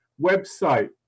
website